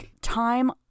time